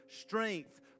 strength